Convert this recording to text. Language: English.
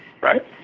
right